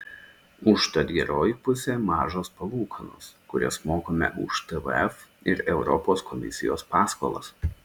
užtat geroji pusė mažos palūkanos kurias mokame už tvf ir europos komisijos paskolas